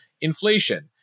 inflation